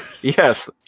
Yes